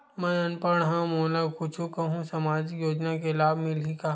मैं अनपढ़ हाव मोला कुछ कहूं सामाजिक योजना के लाभ मिलही का?